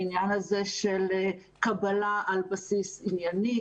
את עניין הקבלה על בסיס ענייני,